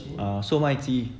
uh 售卖机